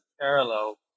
parallel